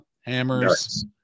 Hammers